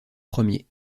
premier